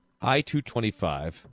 I-225